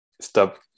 stop